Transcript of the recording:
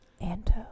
Anto